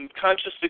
consciously